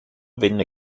venne